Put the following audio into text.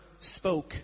spoke